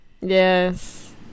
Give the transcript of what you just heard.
Yes